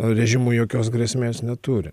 režimu jokios grėsmės neturi